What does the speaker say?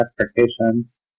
expectations